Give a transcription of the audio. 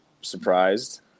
surprised